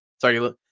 Sorry